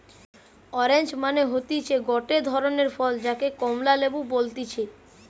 orange মানে হতিছে গটে ধরণের ফল যাকে কমলা লেবু বলতিছে